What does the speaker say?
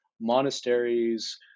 monasteries